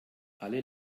alle